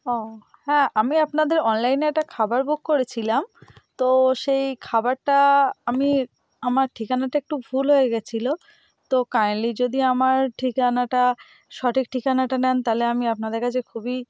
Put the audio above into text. ও হ্যাঁ আমি আপনাদের অনলাইনে একটা খাবার বুক করেছিলাম তো সেই খাবারটা আমি আমার ঠিকানাটা একটু ভুল হয়ে গেছিলো তো কাইন্ডলি যদি আমার ঠিকানাটা সঠিক ঠিকানাটা নেন তালে আমি আপনাদের কাছে খুবই